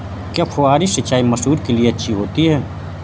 क्या फुहारी सिंचाई मसूर के लिए अच्छी होती है?